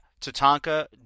Tatanka